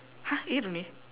!huh! eight only